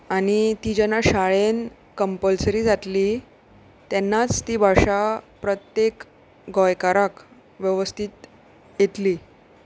आनी ती जेन्ना शाळेन कंपलसरी जातली तेन्नाच ती भाशा प्रत्येक गोंयकाराक वेवस्थीत येतली